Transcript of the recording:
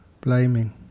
Blaming